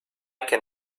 can